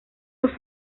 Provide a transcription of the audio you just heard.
los